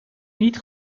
niet